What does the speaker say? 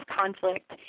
conflict